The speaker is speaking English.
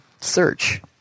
search